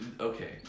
Okay